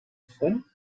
form